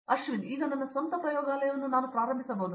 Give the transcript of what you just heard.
ಅಶ್ವಿನ್ ಈಗ ನನ್ನ ಸ್ವಂತ ಪ್ರಯೋಗಾಲಯವನ್ನು ನಾನು ಪ್ರಾರಂಭಿಸಬಹುದು